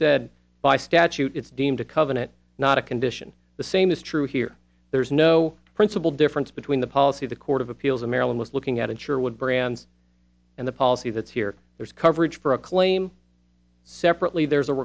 said by statute it's deemed a covenant not a condition the same is true here there's no principle difference between the policy of the court of appeals in maryland was looking at and sure would brands and the policy that's here there's coverage for a claim separately there's a